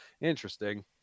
Interesting